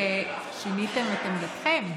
ששיניתם את עמדתכם,